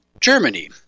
Germany